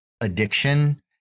addiction